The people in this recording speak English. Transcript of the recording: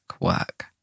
work